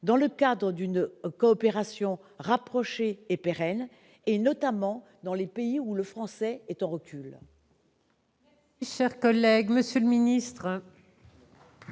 dans le cadre d'une coopération rapprochée et pérenne, notamment dans les pays où le français est en recul